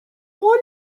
قول